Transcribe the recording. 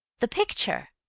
the picture!